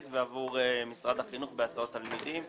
ועבור משרד החינוך בהסעות תלמידים.